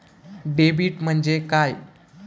Debit म्हणजे काय?